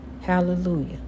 Hallelujah